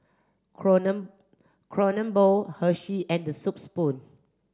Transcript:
Kronen Kronenbourg Hershey and The Soup Spoon